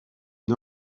une